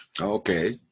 Okay